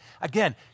Again